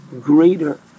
greater